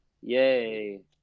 Yay